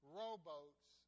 rowboats